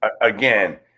again